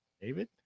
David